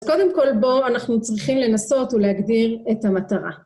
קודם כל בואו אנחנו צריכים לנסות ולהגדיר את המטרה.